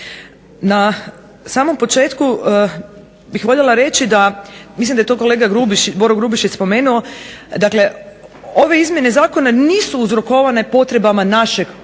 Na samom početku bih voljela reći da, mislim da je to kolega Boro Grubišić spomenuo. Dakle, ove izmjene zakona nisu uzrokovane potrebama našeg unutarnjeg